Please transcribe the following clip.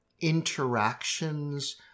interactions